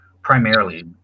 primarily